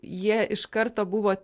jie iš karto buvo